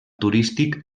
turístic